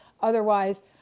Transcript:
Otherwise